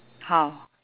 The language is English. how